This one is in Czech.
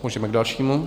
Můžeme k dalšímu.